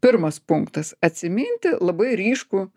pirmas punktas atsiminti labai ryškų